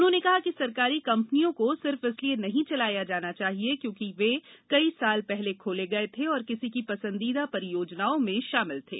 उन्होंने कहा कि सरकारी कंपनियों को सिर्फ इसलिए नहीं चलाया जाना चाहिए क्योंकि वे कई साल पहले खोले गये थे और किसी की पसंदीदा परियोजनाओं में शामिल थे